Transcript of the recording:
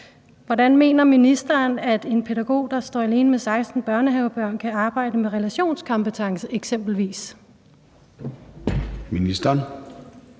hvordan mener ministeren, at en pædagog, der står alene med 16 børnehavebørn, kan arbejde med eksempelvis